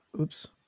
Oops